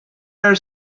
are